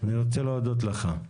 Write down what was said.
אני רוצה להודות לך.